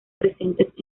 presentes